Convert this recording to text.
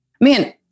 man-